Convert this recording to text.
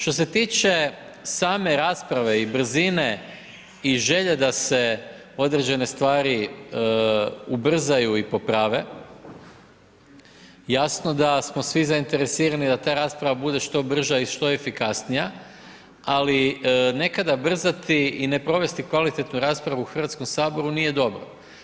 Što se tiče same rasprave i brzine i želje da se određene stvari ubrzaju i poprave, jasno da smo svi zainteresirani da ta rasprava bude što brža i što efikasnija, ali nekada brzati i ne provesti kvalitetnu raspravu u Hrvatskom saboru, nije dobro.